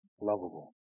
lovable